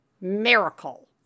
miracle